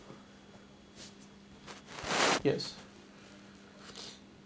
yes